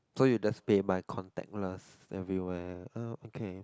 so you just pay by contactless everywhere uh okay